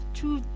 two